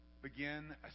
begin